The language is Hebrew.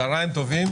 צוהריים טובים.